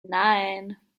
nine